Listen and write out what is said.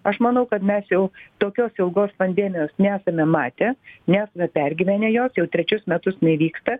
aš manau kad mes jau tokios ilgos pandemijos nesame matę nesame pergyvenę jos jau trečius metus jinai vyksta